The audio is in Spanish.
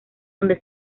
donde